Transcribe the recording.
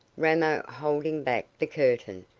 ramo holding back the curtain,